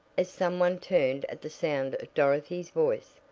as some one turned at the sound of dorothy's voice.